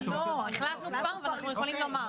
לא, החלטנו כבר ואנחנו יכולים לומר.